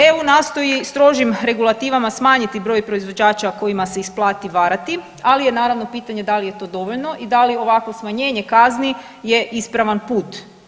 EU nastoji strožim regulativama smanjiti broj proizvođača kojima se isplati varati, ali je naravno pitanje da li je to dovoljno i da li ovakvo smanjenje kazni je ispravna put.